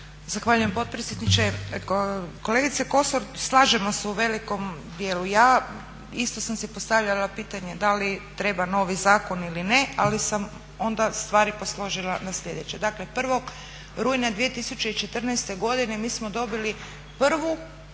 Zahvaljujem potpredsjedniče. Kolegice Kosor, slažemo se u velikom dijelu. Ja isto sam si postavljala pitanje da li treba novi zakon ili ne, ali sam onda stvari posložila na sljedeće. Dakle 1. rujna 2014. godine mi smo dobili prvu